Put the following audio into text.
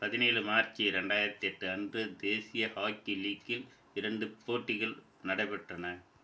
பதினேழு மார்ச் இரண்டாயிரத்தி எட்டு அன்று தேசிய ஹாக்கி லீக்கில் இரண்டு போட்டிகள் நடைபெற்றன